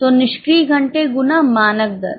तो निष्क्रिय घंटे गुना मानक दर